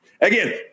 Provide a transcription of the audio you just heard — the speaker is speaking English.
Again